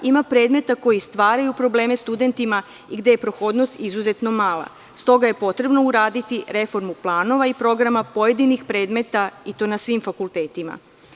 Ima predmeta koji stvaraju probleme studentima i gde je prohodnost izuzetno mala, s toga je potrebno uraditi reformu planova i programa pojedinih predmeta i to na svim fakultetima.